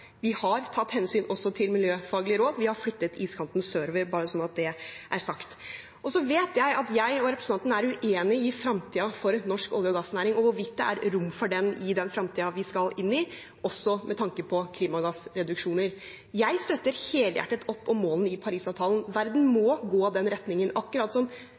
Vi har tatt hensyn også til miljøfaglige råd. Vi har flyttet iskanten sørover – bare så det er sagt. Jeg vet at jeg og representanten er uenige om fremtiden for en norsk olje- og gassnæring og hvorvidt det er rom for den i den fremtiden vi skal inn i, også med tanke på klimagassreduksjoner. Jeg støtter helhjertet opp om målene i Parisavtalen. Verden må gå i den retningen. Akkurat